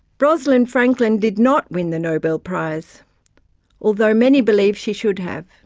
rosalind franklin did not win the nobel prize although many believe she should have.